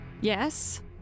Yes